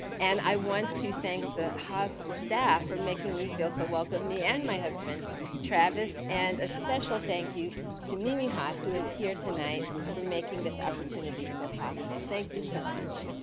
and i want to thank the haas staff for making me feel so welcome, me and my husband travis. and a special thank you to mimi haas who is here tonight, for making this opportunity so possible. thank you so much.